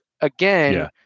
again